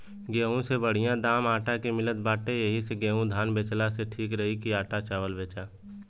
गेंहू से बढ़िया दाम आटा के मिलत बाटे एही से गेंहू धान बेचला से ठीक रही की आटा चावल बेचा